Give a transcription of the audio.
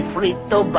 Frito